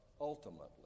ultimately